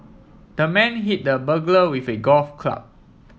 the man hit the burglar with a golf club